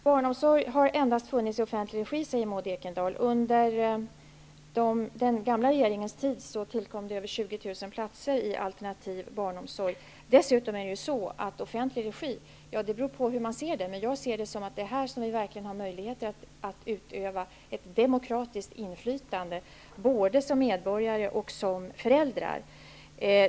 Herr talman! Maud Ekendahl säger att barnomsorg har funnits endast i offentlig regi. Under den gamla regeringens tid tillkom över 20 000 platser i alternativ barnomsorg. Sedan beror det på hur man ser på offentlig regi. Jag ser det som att det är i offentlig regi som man verkligen har möjlighet att utöva ett demokratiskt inflytande, både som medborgare och som föräldrar.